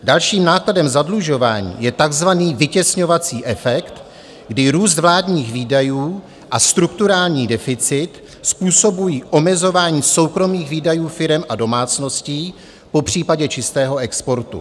Dalším nákladem zadlužování je takzvaný vytěsňovací efekt, kdy růst vládních výdajů a strukturální deficit způsobují omezování soukromých výdajů firem a domácností, popřípadě čistého exportu.